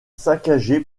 saccagé